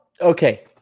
okay